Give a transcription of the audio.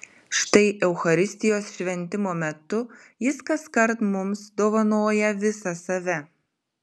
štai eucharistijos šventimo metu jis kaskart mums dovanoja visą save